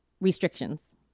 restrictions